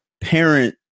parent